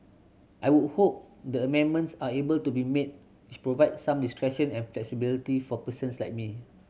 I would hope the amendments are able to be made which provide some discretion and flexibility for persons like me